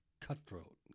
Cutthroat